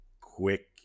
quick